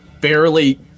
barely